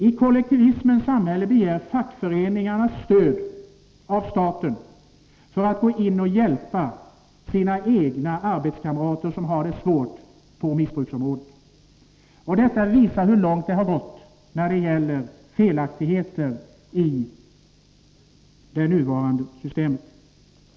I kollektivismens samhälle begär man från fackföreningar stöd av staten för att hjälpa sina egna arbetskamrater som har svårigheter med missbruk. Detta visar hur långt det har gått när det gäller felaktigheter i det nuvarande systemet.